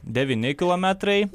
devyni kilometrai